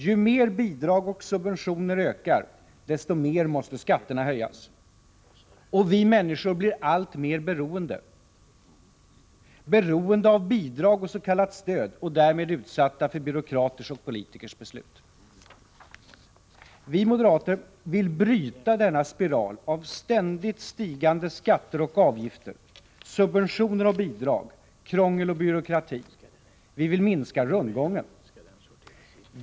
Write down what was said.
Ju mer bidrag och subventioner ökar, desto mer måste skatterna höjas. Och vi människor blir alltmer beroende — beroende av bidrag och s.k. stöd och därmed utsatta för byråkraters och politikers beslut. Vi moderater vill bryta denna spiral av ständigt stigande skatter och avgifter, subventioner och bidrag, krångel och byråkrati. Vi vill minska rundgången.